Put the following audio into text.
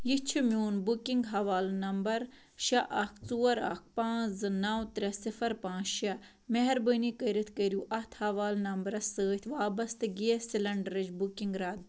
یہ چھُ میٛون بُکِنٛگ حوالہٕ نمبر شےٚ اَکھ ژور اَکھ پانٛژھ زٕ نَو ترٛےٚ صِفَر پانٛژھ شےٚ مہربٲنی کٔرتھ کٔرو اتھ حوالہٕ نمبرس سۭتۍ وابستہٕ گیس سلیٚنٛڈرٕچ بُکنٛگ رد